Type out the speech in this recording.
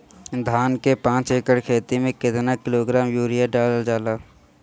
धान के पाँच एकड़ खेती में केतना किलोग्राम यूरिया डालल जाला?